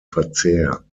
verzehr